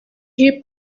hip